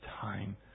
time